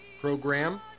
program